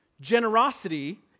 generosity